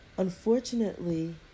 Unfortunately